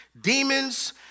demons